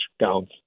gowns